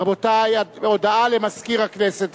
רבותי, הודעה למזכיר הכנסת.